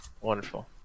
Wonderful